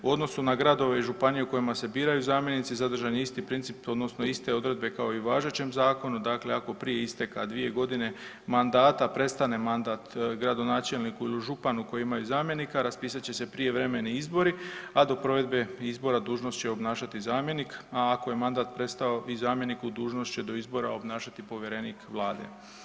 U odnosu na gradove i županije u kojima se biraju zamjenici zadržani je isti princip odnosno iste odredbe kao i u važećem zakonu, dakle ako prije isteka dvije godine mandata prestane mandat gradonačelniku ili županu koji imaju zamjenika raspisat će se prijevremeni izbori, a do provedbe izbora dužnost će obnašati zamjenik, a ako je mandat prestao i zamjeniku dužnost će do izbora obnašati povjerenik Vlade.